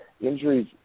Injuries